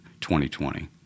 2020